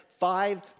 five